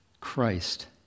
Christ